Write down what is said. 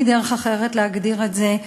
אין לי דרך אחרת להגדיר את זה.